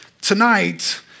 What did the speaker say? tonight